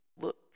look